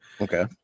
okay